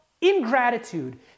ingratitude